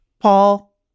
Paul